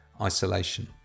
isolation